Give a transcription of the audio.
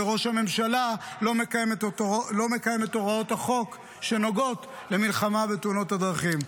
וראש הממשלה לא מקיים את הוראות החוק שנוגעות למלחמה בתאונות הדרכים.